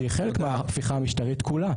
שהיא חלק מההפיכה המשטרתית כולה.